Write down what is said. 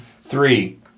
Three